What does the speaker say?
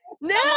no